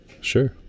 sure